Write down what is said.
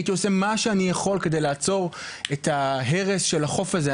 הייתי עושה מה שאני יכול כדי לעצור את ההרס של החוף הזה.